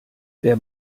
wer